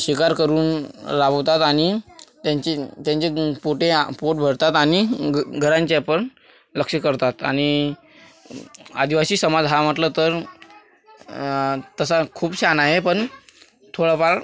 शिकार करून लागवतात आणि त्यांचे त्यांचे पोटे पोट भरतात आणि घ घराच्यापण लक्ष करतात आणि आदिवासी समाज हा म्हटलं तर तसा खूप शहाणा आहे पण थोडाफार